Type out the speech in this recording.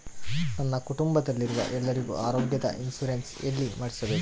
ನನ್ನ ಕುಟುಂಬದಲ್ಲಿರುವ ಎಲ್ಲರಿಗೂ ಆರೋಗ್ಯದ ಇನ್ಶೂರೆನ್ಸ್ ಎಲ್ಲಿ ಮಾಡಿಸಬೇಕು?